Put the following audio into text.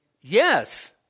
Yes